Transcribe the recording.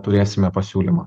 turėsime pasiūlymą